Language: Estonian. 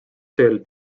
tööl